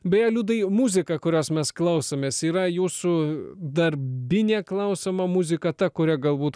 beje liudai muzika kurios mes klausomės yra jūsų darbinė klausoma muzika ta kuria galbūt